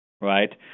right